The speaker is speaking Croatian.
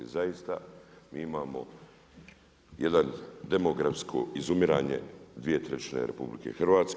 Zaista mi imamo jedan demografsko izumiranje dvije trećine RH.